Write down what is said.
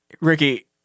Ricky